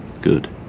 Good